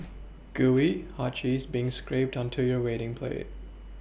Gooey hot cheese being scrapped onto your waiting plate